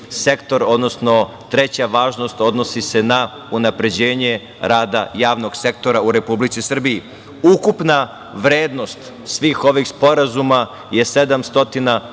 odnosno treća važnost odnosi se na unapređenje rada javnog sektora u Republici Srbiji. Ukupna vrednost svih ovih sporazuma je 768,8